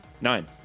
Nine